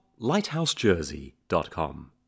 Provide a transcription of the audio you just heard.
lighthousejersey.com